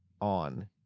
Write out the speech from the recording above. on